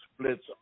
splits